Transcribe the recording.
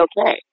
okay